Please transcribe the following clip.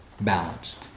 balanced